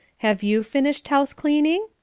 have you finished house-cleaning?